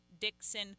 dixon